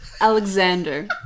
Alexander